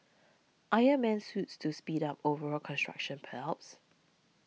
Iron Man Suits to speed up overall construction perhaps